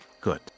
Good